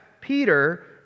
Peter